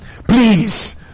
Please